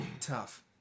tough